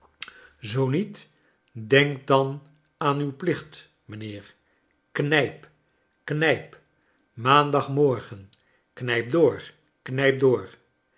dickens niet denk dan aan uw plicht mijnheer knij p knij p maandagmorgen knijp door knijp door